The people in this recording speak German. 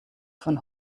von